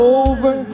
over